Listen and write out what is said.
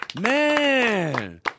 Man